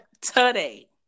today